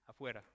afuera